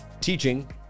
teaching